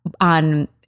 on